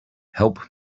help